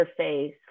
interface